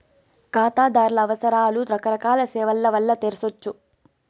కాతాదార్ల అవసరాలు రకరకాల సేవల్ల వల్ల తెర్సొచ్చు